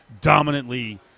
dominantly –